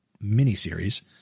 mini-series